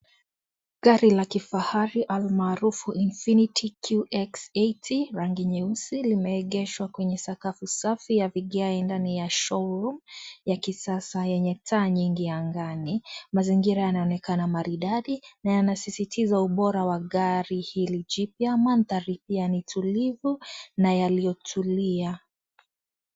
Gari la kifahari almaarufu Infinity cq x80 rangi nyeusi limeegeshwa kwenye sakafu safi ya vigae ya show room ya kisasa yenye taa nyingi angani. Mazingira yanaonekana maridadi na yanasisitiza ubora wa gari hili jipya. Mandhari pia ni utulivu na yaliyotulia.